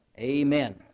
Amen